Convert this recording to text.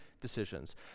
decisions